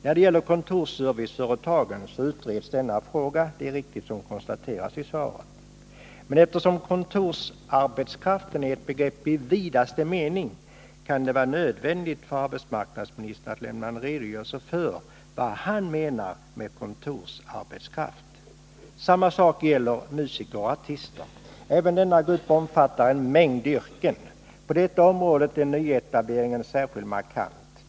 När det gäller kontorsserviceföretagen utreds denna fråga, som konstaterasi svaret. Men eftersom kontorsarbetskraft är ett begreppi vidaste mening, kan det vara nödvändigt för arbetsmarknadsministern att lämna en redogörelse för vad han menar med kontorsarbetskraft. Samma sak gäller musiker och artister. Även denna grupp omfattar en mängd yrken. På detta område är nyetableringen särskilt markant.